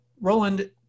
Roland